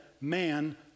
man